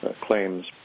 claims